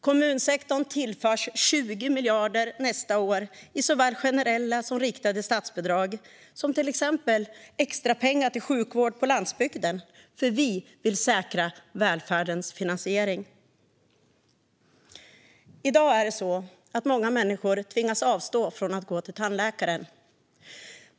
Kommunsektorn tillförs 20 miljarder nästa år i såväl generella som riktade statsbidrag, som exempelvis extra pengar till sjukvård på landsbygden, för vi vill säkra välfärdens finansiering I dag tvingas många människor avstå från att gå till tandläkaren.